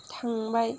थांबाय